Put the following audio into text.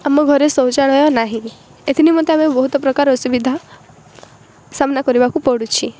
ଆମ ଘରେ ଶୌଚାଳୟ ନାହିଁ ଏଥି ନିମନ୍ତେ ଆମେ ବହୁତ ପ୍ରକାର ଅସୁବିଧା ସାମ୍ନା କରିବାକୁ ପଡ଼ୁଛି